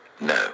no